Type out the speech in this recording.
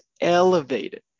elevated